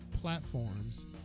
platforms